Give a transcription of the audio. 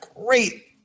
great